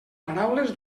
paraules